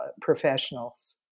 professionals